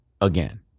again